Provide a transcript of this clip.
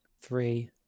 Three